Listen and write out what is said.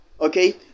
Okay